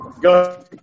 Go